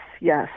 Yes